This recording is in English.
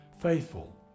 faithful